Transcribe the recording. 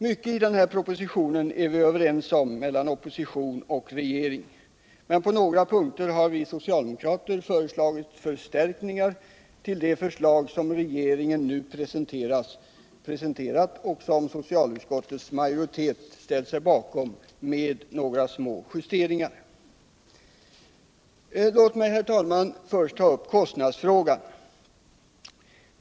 Mycket i denna proposition är oppositionen och regeringen överens om, men på några punkter har vi socialdemokrater föreslagit förstärkningar till det förslag som regeringen nu presenterat och som socialutskottets majoritet ställt sig bakom med några små justeringar. Låt mig, herr talman, först ta upp kostnadsfrågan.